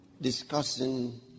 discussing